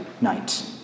night